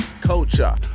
culture